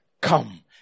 Come